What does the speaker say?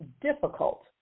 difficult